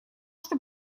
что